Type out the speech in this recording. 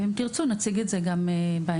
אם תרצו, נציג את זה גם בהמשך.